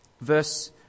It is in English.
Verse